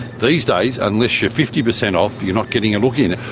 these days unless you're fifty percent off you're not getting a look in.